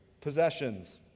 possessions